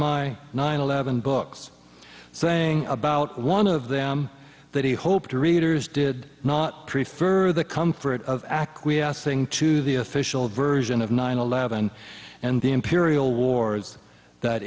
my nine eleven books saying about one of them that he hoped to readers did not prefer the comfort of acquiescing to the official version of nine eleven and the imperial wars that